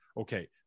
okay